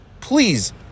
Please